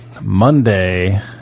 Monday